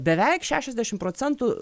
beveik šešiasdešim procentų